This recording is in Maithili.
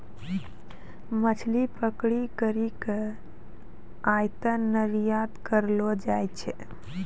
मछली पकड़ी करी के आयात निरयात करलो जाय छै